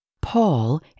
Paul